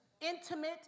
intimate